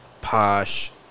posh